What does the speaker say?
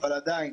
אבל עדיין,